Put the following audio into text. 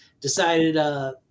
decided